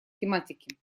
тематике